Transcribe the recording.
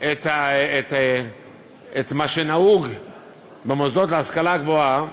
את מה שנהוג במוסדות להשכלה גבוהה,